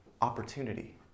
opportunity